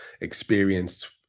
experienced